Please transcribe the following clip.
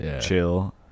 chill